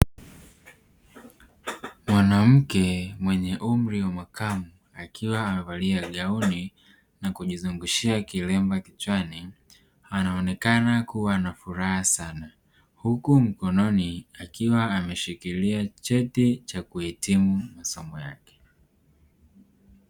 Mwanamke mwenye umri wa makamo akiwa amevalia gauni na kujizungushia kilemba kichwani, anaonekana kuwa na huku mkononi akiwa ameshikilia cheti cha kuhitimu masomo yake.